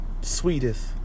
sweetest